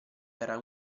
era